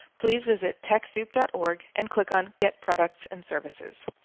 please visit techsoup dot org and click on get products and services.